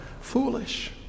foolish